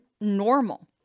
normal